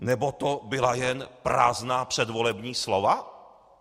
Nebo to byla jen prázdná předvolební slova?